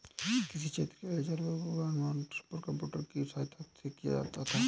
किसी क्षेत्र के लिए जलवायु पूर्वानुमान सुपर कंप्यूटर की सहायता से किया जाता है